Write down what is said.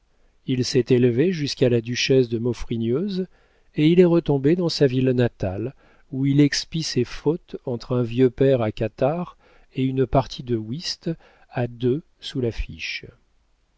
il s'est élevé jusqu'à la duchesse de maufrigneuse et il est retombé dans sa ville natale où il expie ses fautes entre un vieux père à catarrhes et une partie de whist à deux sous la